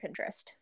pinterest